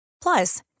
Plus